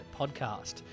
podcast